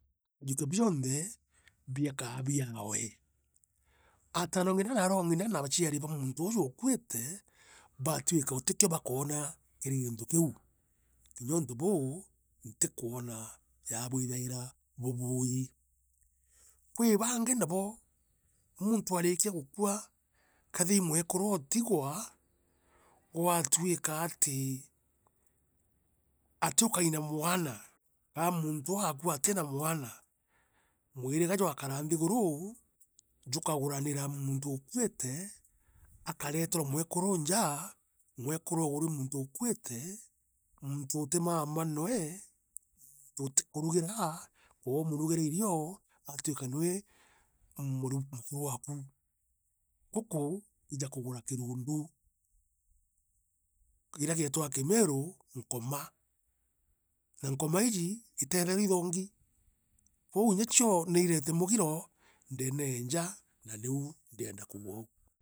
Akajukia bionthe bikaa biawe. Atanongina na aarongina na aciari ba muntu uuju ukuite, baatwika gutii kio bakoona kiri gintu kiu, kinya untu buu, ntikwona jaa bwithaira bubuui. Kwi bangi nabo muuntu ariikia gukua, kethea ii mwekuru otigwa, gwatwika ati, atiukari na mwana, ka muntu uu aakua atina mwana, mwiriga jwakara nthiguru, jukaguranira muntu ukuite akareterwa mwekuru njaa, mwekuru uguri i muntu ukuite, muntu utimama noe, muntu utikurugira, ka umurugira irio, gwatuika noe mu mukuru waku. Guku, ija kugura kirundu ira igeetwa na kimiiru nkoma. Na nkoma iiji, iteethairwa ithongi kwou inya cio no noiireete mugiro ndeene ee njaa na niu ndienda kuuga oou.